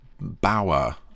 Bauer